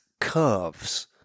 curves